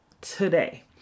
today